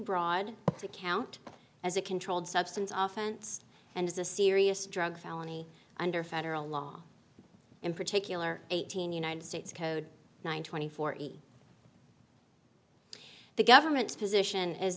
broad to count as a controlled substance often it's and is a serious drug felony under federal law in particular eighteen united states code nine twenty four the government's position is